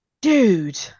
dude